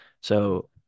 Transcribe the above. So-